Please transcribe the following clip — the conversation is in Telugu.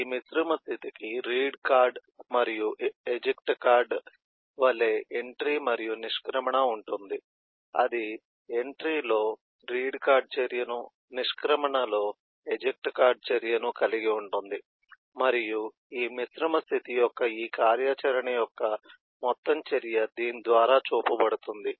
ఈ మిశ్రమ స్థితికి రీడ్ కార్డ్ మరియు ఎజెక్ట్ కార్డ్ వలె ఎంట్రీ మరియు నిష్క్రమణ ఉంటుంది అది ఎంట్రీలో రీడ్కార్డ్ చర్య ను నిష్క్రమణ లో ఎజెక్ట్కార్డ్ చర్య ను కలిగి ఉంటుంది మరియు ఈ మిశ్రమ స్థితి యొక్క ఈ కార్యాచరణ యొక్క మొత్తం చర్య దీని ద్వారా చూపబడుతుంది